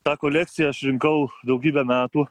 tą kolekciją aš rinkau daugybę metų